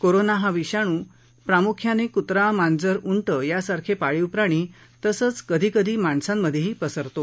corona हा विषाणू संसर्ग प्रामुख्याने कुत्रा मांजर उं यासारखे पाळीव प्राणी तसंच कधी कधी माणसांमधेही पसरतो